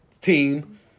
team